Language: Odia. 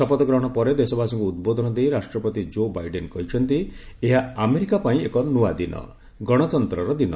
ଶପଥ ଗ୍ରହଣ ପରେ ଦେଶବାସୀଙ୍କ ଉଦ୍ବୋଧନ ଦେଇ ରାଷ୍ଟ୍ରପତି ଜୋ ବାଇଡେନ୍ କହିଛନ୍ତି ଏହା ଆମେରିକା ପାଇଁ ଏକ ନୃଆ ଦିନ ଗଣତନ୍ତର ଦିନ